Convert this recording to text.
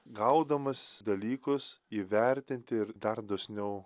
gaudamas dalykus įvertinti ir dar dosniau